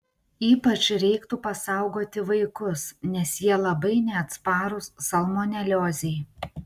ypač reiktų pasaugoti vaikus nes jie labai neatsparūs salmoneliozei